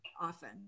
often